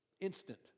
instant